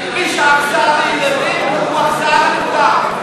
מי שאכזר לילדים הוא אכזר לכולם.